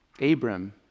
Abram